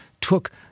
took